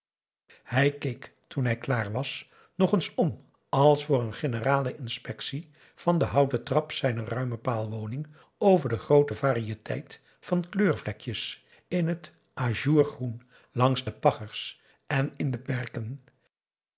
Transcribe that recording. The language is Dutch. hij keek toen hij klaar was nog eens om als voor een generale inspectie van de houten trap zijner ruime paalwoning over de groote variëteit van kleurvlekjes in het à jour groen langs de paggers en in de perken